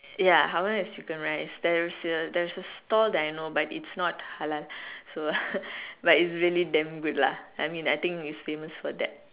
ya how my one is chicken rice there is there is a stall that I know but it's not halal so but it's really damn good lah I think it's famous for that